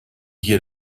hier